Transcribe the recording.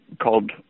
called